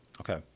Okay